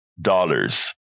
dollars